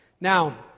Now